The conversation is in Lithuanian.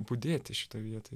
budėti šitoj vietoj